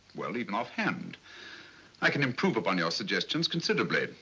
well, even offhand i can improve upon your suggestions considerably,